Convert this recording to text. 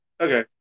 Okay